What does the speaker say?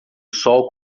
sol